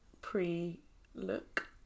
pre-look